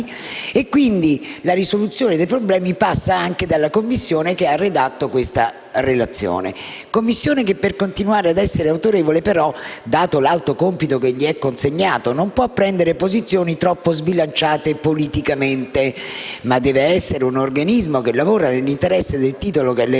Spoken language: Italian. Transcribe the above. Quindi, la risoluzione dei problemi passa anche dalla Commissione che ha redatto questa relazione. Tuttavia, per continuare a essere autorevole, dato l'alto compito che le è attribuito, tale Commissione non può prendere posizioni troppo sbilanciate politicamente, ma deve essere un organismo che lavora nell'interesse del titolo che le è proprio,